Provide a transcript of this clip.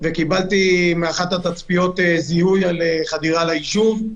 וקיבלתי מאחת התצפיות זיהוי על חדירה לישוב.